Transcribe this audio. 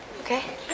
Okay